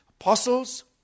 apostles